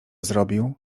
zrobił